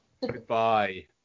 Goodbye